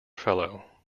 fellow